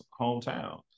hometown